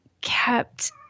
kept